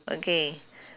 okay